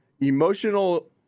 emotional